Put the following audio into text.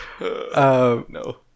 No